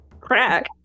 Crack